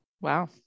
Wow